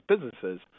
businesses